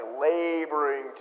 laboring